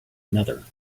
another